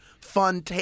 fun